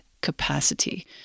capacity